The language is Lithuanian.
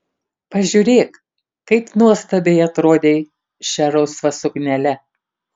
pažiūrėk kaip nuostabiai atrodei šia rusva suknele